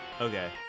Okay